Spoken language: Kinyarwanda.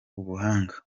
ubuhanga